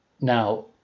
Now